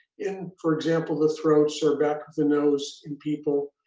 in for example the throats or back of the nose in people,